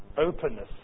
openness